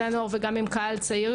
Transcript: זה נושא שמאוד קרוב ללבי.